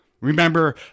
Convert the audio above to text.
Remember